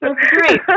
Great